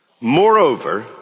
Moreover